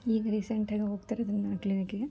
ಈಗ ರೀಸೆಂಟಾಗಿ ಹೋಗ್ತಿರೋದು ನಾನು ಕ್ಲಿನಿಕ್ಕಿಗೆ